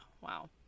wow